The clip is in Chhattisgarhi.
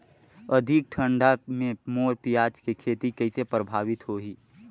अधिक ठंडा मे मोर पियाज के खेती कइसे प्रभावित होही?